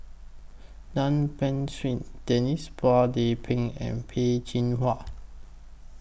Tan Beng Swee Denise Phua Lay Peng and Peh Chin Hua